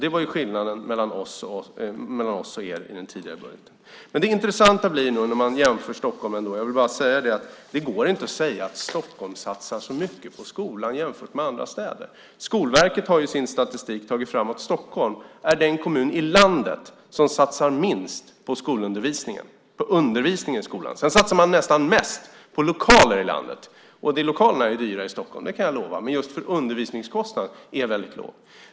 Det var skillnaden mellan oss och er i den tidigare budgeten. Det går inte att säga att Stockholm satsar så mycket på skolan jämfört med andra städer. Skolverket har i sin statistik tagit fram att Stockholm är den kommun i landet som satsar minst på undervisningen i skolan. Man satsar nästan mest i landet på lokaler, och lokaler är dyra i Stockholm, det kan jag lova. Men just undervisningskostnaden är väldigt låg.